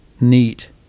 neat